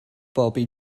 bobi